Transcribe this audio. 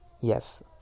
yes